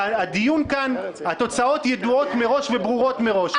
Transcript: שהתוצאות של הדיון הזה ידועות מראש וברורות מראש.